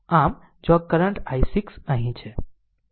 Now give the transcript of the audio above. આમ જો આ કરંટ i6 અહીં છે